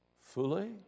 fully